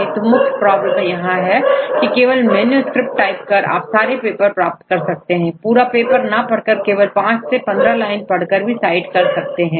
किंतु मुख्य प्रॉब्लम यह है कि आप केबल मैनू स्क्रिप्ट टाइप कर सारे पेपर प्राप्त कर सकते हैं और पूरा पेपर ना पढ़कर केवल 5 से 15 लाइन पढ़कर साइट कर सकते हैं